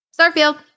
Starfield